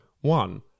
One